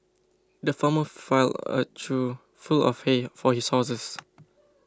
the farmer filled a trough full of hay for his horses